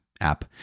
app